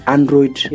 Android